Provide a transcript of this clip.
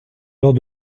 lors